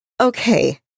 okay